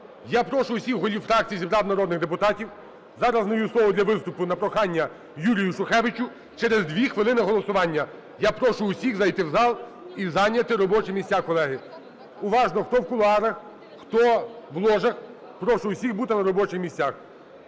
Я прошу усіх голів фракцій зібрати народних депутатів. Зараз надаю слово для виступу на прохання Юрію Шухевичу. Через 2 хвилини голосування. Я прошу усіх зайти в зал і зайняти робочі місця, колеги. Уважно, хто в кулуарах, хто в ложах, прошу усіх бути на робочих місцях.